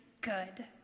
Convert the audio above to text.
good